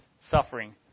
suffering